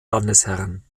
landesherrn